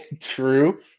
True